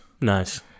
Nice